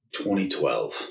2012